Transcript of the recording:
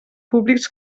públics